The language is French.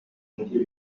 moitié